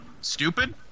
stupid